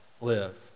live